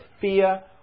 fear